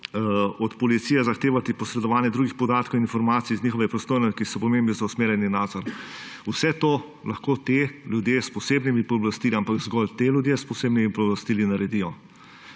od policije zahtevati posredovanje drugih podatkov in informacij iz njihove pristojnosti, ki so pomembne za usmerjanje in nadzor, vse to lahko ti ljudje s posebnimi pooblastili, ampak zgolj ti ljudje s posebnimi pooblastili, naredijo.